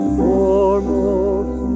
foremost